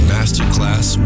Masterclass